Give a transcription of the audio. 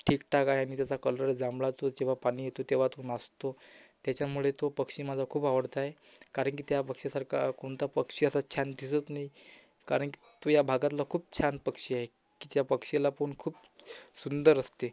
ठीक ठाक आहे आणि त्याचा कलर जांभळा असतो जेव्हा पाणी येतो तेव्हा तो नसतो त्याच्यामुळे तो पक्षी माझा खूप आवडता आहे कारण की त्या पक्ष्यासारखा कोणता पक्षी असा छान दिसत नाही कारण की तो या भागातला खूप छान पक्षी आहे की च्या पक्षीला पण खूप सुंदर असते